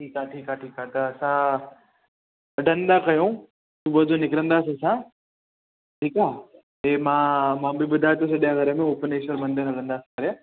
ठीकु आहे ठीकु आहे ठीकु आहे त असां डन था कयूं सुबुह जो निकिरंदासीं असां ठीकु आहे हे मां मां बि ॿुधाए थो छॾियां घर में उपनेश्वर मंदरु हलंदासीं करे